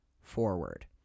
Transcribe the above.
forward